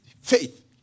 faith